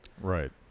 Right